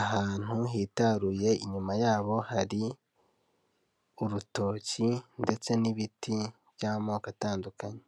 ahantu hitaruye, inyuma yabo hari urutoki ndetse n'ibiti by'amoko atandukanye.